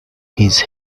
his